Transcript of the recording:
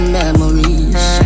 memories